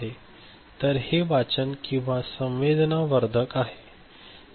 तर हे वाचन किंवा संवेदना वर्धक आहे